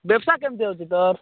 ବ୍ୟବସାୟ କେମିତି ହେଉଛି ତୋର୍